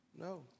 No